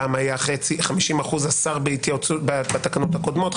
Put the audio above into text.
פעם היה 50% לשר בתקנות הקודמות,